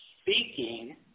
speaking